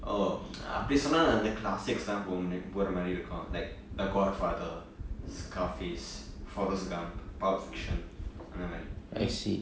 oh அப்படி சொன்னா நா அந்த:appadi sonnaa naa antha classics தான் போனும் போர மாதிரி இருக்கும்:thaan ponum pora maathiri irukkum like the godfather scar face forest gump pull fiction அந்த மாதிரி:antha maathiri